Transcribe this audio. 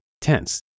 tense